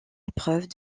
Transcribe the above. épreuves